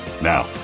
Now